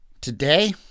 Today